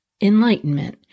enlightenment